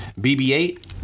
BB-8